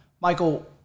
Michael